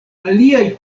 aliaj